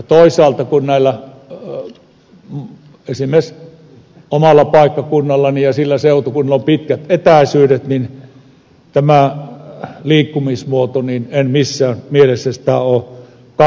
toisaalta kun esimerkiksi omalla paikkakunnallani ja sillä seutukunnalla on pitkät etäisyydet niin tätä liikkumismuotoa en missään mielessä ole kannattamassa